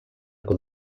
con